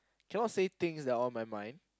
cannot say things that's on my mind